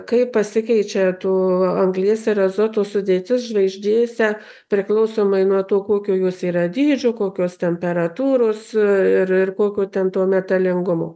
kaip pasikeičia to anglies ir azoto sudėtis žvaigždėse priklausomai nuo to kokio jos yra dydžio kokios temperatūros ir ir kokių ten to metalingumo